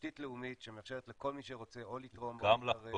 תשתית לאומית שמאפשרת לכל מי שרוצה או לתרום או --- גם לחקור,